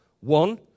One